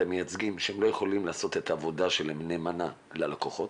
על המייצגים שלא יכולים לעשות את עבודתם נאמנה ללקוחות,